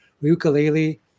ukulele